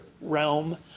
realm